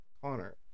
Connor